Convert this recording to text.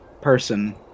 person